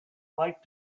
like